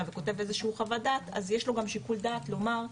וכותב איזה שהוא חוו"ד אז יש לנו גם שיקול דעת לומר,